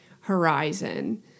horizon